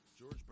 George